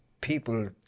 people